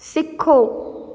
ਸਿੱਖੋ